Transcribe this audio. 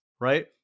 right